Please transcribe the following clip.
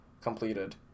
completed